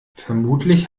vermutlich